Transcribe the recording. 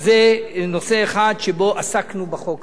זה נושא אחד שעסקנו בו בחוק הזה.